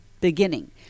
beginning